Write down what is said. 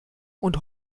und